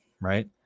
right